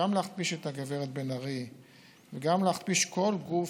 גם להכפיש את הגברת בן-ארי וגם להכפיש כל גוף,